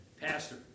Pastor